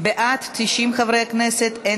להעביר את